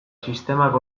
sistemak